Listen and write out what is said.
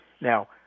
Now